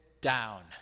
down